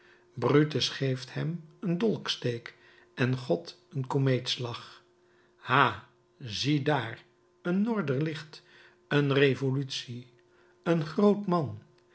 brutus geeft hem een dolksteek en god een komeetslag ha ziedaar een noorderlicht een revolutie een groot man